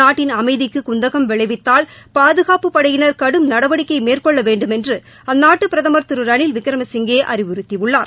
நாட்டின் அமைதிக்கு குந்தகம் விளைவித்தால் பாதுகாப்புப் படையினா் கடும் நடவடிக்கை மேற்கொள்ள வேண்டுமென்று அந்நாட்டு பிரதமா் திரு ரணில் விக்ரமசிங்கே அறிவறுத்தியுள்ளார்